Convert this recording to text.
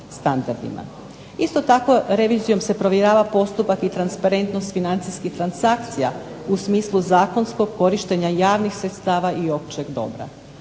Isto tako, revizijom se provjerava postupak i transparentnost financijskih transakcija u smislu zakonskog korištenja javnih sredstava i općeg dobra.